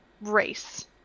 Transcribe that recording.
race